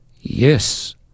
Yes